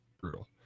brutal